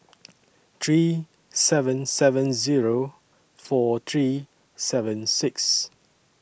three seven seven Zero four three seven six